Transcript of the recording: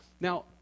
Now